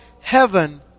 heaven